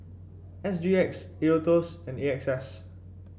S G X Aetos and A X S